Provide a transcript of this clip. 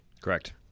Correct